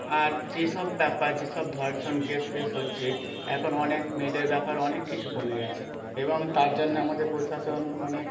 আর যেসব ব্যাপার যেসব ধর্ষন কেস ফেস হচ্ছে এখন অনেক মেয়েদের ব্যাপার অনেক কিছু কমে গেছে এবং তার জন্যে আমাদের প্রশাসন অনেক